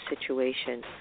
situation